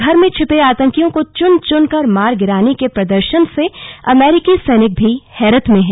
घर में छिपे आतंकियों को चुन चुन कर मार गिराने के प्रदर्शन से अमेरिकी सैनिक भी हैरत में हैं